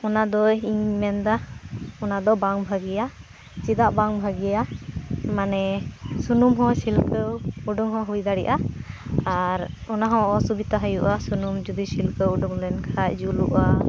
ᱚᱱᱟᱫᱚ ᱤᱧ ᱢᱮᱱᱮᱫᱟ ᱚᱱᱟᱫᱚ ᱵᱟᱝ ᱵᱷᱟᱜᱮᱭᱟ ᱪᱮᱫᱟᱜ ᱵᱟᱝ ᱵᱷᱟᱜᱮᱭᱟ ᱢᱟᱱᱮ ᱥᱩᱱᱩᱢ ᱦᱚᱸ ᱪᱷᱤᱞᱠᱟᱹᱣ ᱚᱰᱳᱝ ᱦᱚᱸ ᱦᱩᱭ ᱫᱟᱲᱮᱜᱼᱟ ᱟᱨ ᱚᱱᱟᱦᱚᱸ ᱚᱥᱩᱵᱤᱛᱟ ᱦᱩᱭᱩᱜᱼᱟ ᱥᱩᱱᱩᱢ ᱡᱩᱫᱤ ᱪᱷᱤᱞᱠᱟᱹᱣ ᱚᱰᱳᱝᱞᱮᱱ ᱠᱷᱟᱡ ᱡᱩᱞᱩᱜᱼᱟ